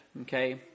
okay